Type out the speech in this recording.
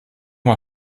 mal